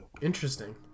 Interesting